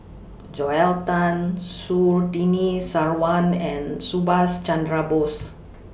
Joel Tan Surtini Sarwan and Subhas Chandra Bose